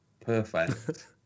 perfect